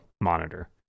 monitor